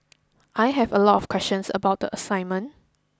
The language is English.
I had a lot of questions about the assignment